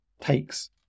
takes